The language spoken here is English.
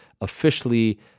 officially